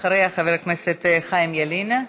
אחריה חבר הכנסת חיים ילין.